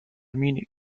munich